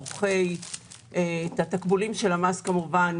את תקבולי המס האמור,